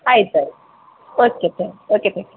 ಆಯ್ತು ಆಯ್ತು okay sir okay ಸ